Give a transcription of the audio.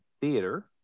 theater